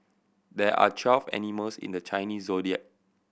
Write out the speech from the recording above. there are twelve animals in the Chinese Zodiac